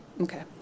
Okay